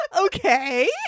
Okay